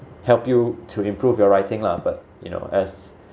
help you to improve your writing lah but you know as